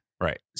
right